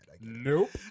nope